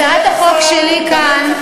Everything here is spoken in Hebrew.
הצעת החוק שלי כאן,